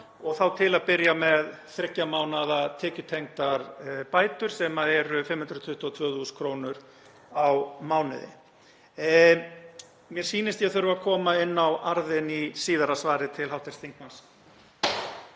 og þá til að byrja með þriggja mánaða tekjutengdar bætur, sem eru 522.000 kr. á mánuði. — Mér sýnist ég þurfa að koma inn á arðinn í síðara svari til hv. þingmanns.